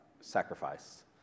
sacrifice